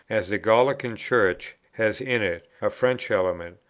as the gallican church has in it a french element,